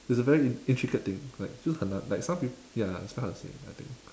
it's a very in~ intricate thing like 就很难 like some peop~ ya it's quite hard to say I think